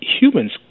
humans